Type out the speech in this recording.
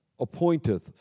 appointeth